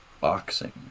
Boxing